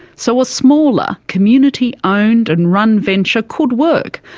so a smaller community owned and run venture could work,